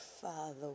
Father